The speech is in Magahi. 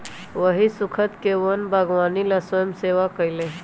वही स्खुद के वन बागवानी ला स्वयंसेवा कई लय